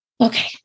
Okay